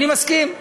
אני מסכים.